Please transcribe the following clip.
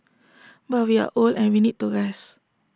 but we are old and we need to rest